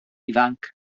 ifanc